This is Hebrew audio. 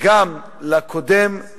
וגם לקודם,